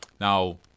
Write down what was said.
Now